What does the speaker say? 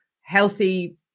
healthy